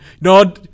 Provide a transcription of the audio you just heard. No